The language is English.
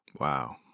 Wow